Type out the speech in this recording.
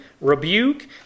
rebuke